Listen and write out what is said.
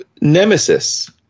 Nemesis